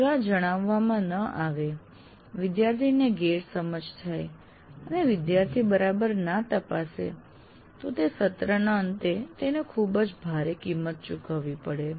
જો આ જણાવવામાં ન આવે વિદ્યાર્થીને ગેરસમજ થાય અને વિદ્યાર્થી બરાબર ના તપાસે તો તે સત્રના અંતે તેને ખુબ જ ભારે ચૂકવવી પડે